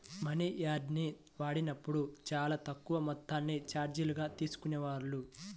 మనియార్డర్ని వాడినప్పుడు చానా తక్కువ మొత్తాన్ని చార్జీలుగా తీసుకునేవాళ్ళు